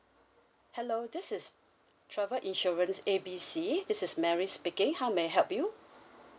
hello this is travel insurance A B C this is mary speaking how may I help you